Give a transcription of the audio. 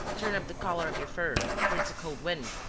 turn up the collar of your fur, for it's a cold wind,